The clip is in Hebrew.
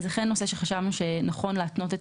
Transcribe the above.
זה אכן נושא שחשבנו שנכון להתנות את